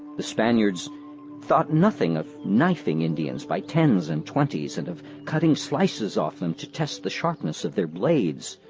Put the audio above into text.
the spaniards thought nothing of knifing indians by tens and twenties and of cutting slices off them to test the sharpness of their blades.